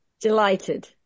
Delighted